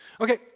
Okay